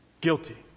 Guilty